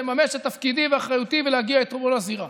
לממש את תפקידי ואחריותי ולהגיע אתמול לזירה.